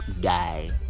guy